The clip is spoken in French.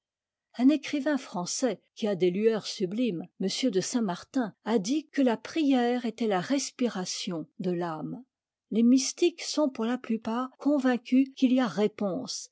un écrivain français qui a des lueurs sublimes m de saint-martin a dit que la prière était la t'mpm m de me les mystiques sont pour la plupart convaincus qu'il y a